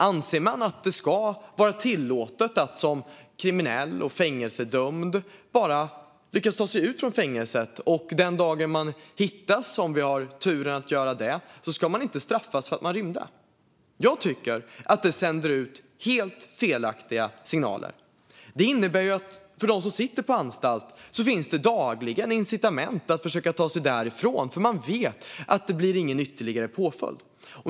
Om det anses att det ska vara tillåtet att som kriminell och fängelsedömd lyckas ta sig ut från fängelset, att man den dag man hittas - om vi har turen att göra det - inte ska straffas för att man rymde, tycker jag att det sänder ut helt felaktiga signaler. Det innebär ju att det för dem som sitter på anstalt dagligen finns incitament att försöka ta sig därifrån; man vet att det inte blir någon ytterligare påföljd.